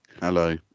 Hello